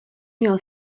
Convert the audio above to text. měl